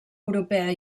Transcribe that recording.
europea